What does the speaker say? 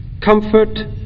comfort